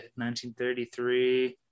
1933